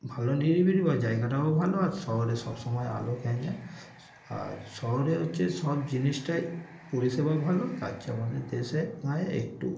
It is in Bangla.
ভালো নিরিবিলি বা জায়গাটাও ভালো আর শহরে সবসময় আলো গ্যাঞ্জাম আর শহরে হচ্ছে সব জিনিসটাই পরিষেবা ভালো তার চেয়ে আমাদের দেশে গাঁয়ে একটু